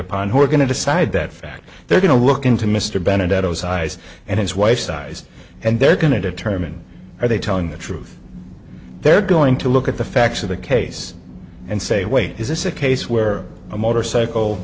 upon who are going to decide that fact they're going to look into mr bennett at those eyes and his wife's eyes and they're going to determine are they telling the truth they're going to look at the facts of the case and say wait is this a case where a motorcycle